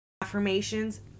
affirmations